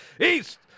East